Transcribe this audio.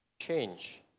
change